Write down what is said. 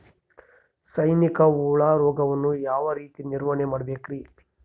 ಸೈನಿಕ ಹುಳು ರೋಗವನ್ನು ಯಾವ ರೇತಿ ನಿರ್ವಹಣೆ ಮಾಡಬೇಕ್ರಿ?